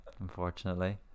Unfortunately